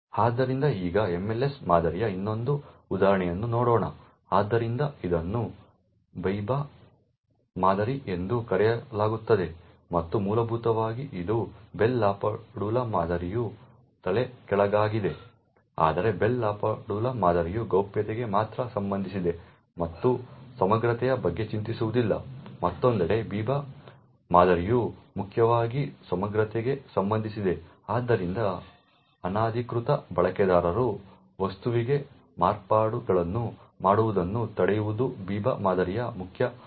ಆದ್ದರಿಂದ ಈಗ MLS ಮಾದರಿಯ ಇನ್ನೊಂದು ಉದಾಹರಣೆಯನ್ನು ನೋಡೋಣ ಆದ್ದರಿಂದ ಇದನ್ನು ಬಿಬಾ ಮಾದರಿ ಎಂದು ಕರೆಯಲಾಗುತ್ತದೆ ಮತ್ತು ಮೂಲಭೂತವಾಗಿ ಇದು ಬೆಲ್ ಲಾಪಡುಲಾ ಮಾದರಿಯು ತಲೆಕೆಳಗಾಗಿದೆ ಆದರೆ ಬೆಲ್ ಲಾಪಡುಲಾ ಮಾದರಿಯು ಗೌಪ್ಯತೆಗೆ ಮಾತ್ರ ಸಂಬಂಧಿಸಿದೆ ಮತ್ತು ಸಮಗ್ರತೆಯ ಬಗ್ಗೆ ಚಿಂತಿಸುವುದಿಲ್ಲ ಮತ್ತೊಂದೆಡೆ ಬಿಬಾ ಮಾದರಿಯು ಮುಖ್ಯವಾಗಿ ಸಮಗ್ರತೆಗೆ ಸಂಬಂಧಿಸಿದೆ ಆದ್ದರಿಂದ ಅನಧಿಕೃತ ಬಳಕೆದಾರರು ವಸ್ತುವಿಗೆ ಮಾರ್ಪಾಡುಗಳನ್ನು ಮಾಡುವುದನ್ನು ತಡೆಯುವುದು ಬಿಬಾ ಮಾದರಿಯ ಮುಖ್ಯ ಪಾತ್ರವಾಗಿದೆ